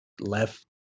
left